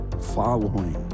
following